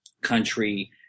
country